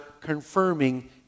confirming